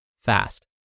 fast